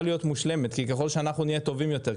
להיות מושלמת כי ככל שנהיה טובים יותר,